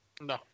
No